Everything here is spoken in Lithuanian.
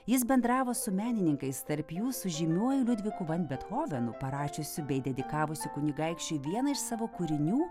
jis bendravo su menininkais tarp jų su žymiuoju liudviku van bethovenu parašiusiu bei dedikavusiu kunigaikščiui vieną iš savo kūrinių